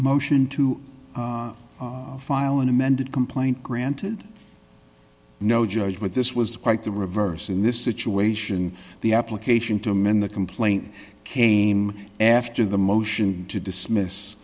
motion to file an amended complaint granted no judge but this was quite the reverse in this situation the application to amend the complaint came after the motion to dismiss